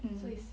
mm